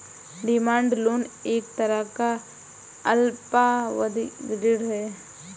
demand loan एक तरह का अल्पावधि ऋण है